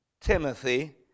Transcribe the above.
Timothy